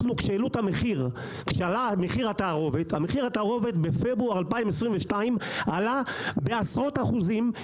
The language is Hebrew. מחיר התערובת בפברואר 2022 עלה בעשרות אחוזים;